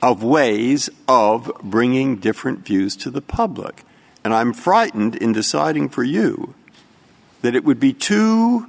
of ways of bringing different views to the public and i'm frightened in deciding for you that it would be too